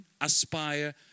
aspire